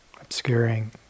obscuring